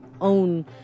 own